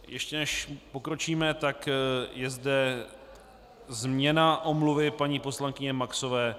Ještě než pokročíme, tak je zde změna omluvy paní poslankyně Maxové.